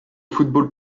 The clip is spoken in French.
football